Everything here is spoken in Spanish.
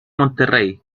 monterrey